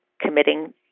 committing